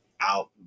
out